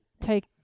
Take